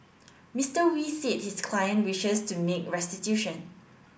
Mister Wee said his client wishes to make restitution